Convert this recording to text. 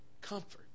comfort